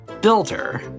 Builder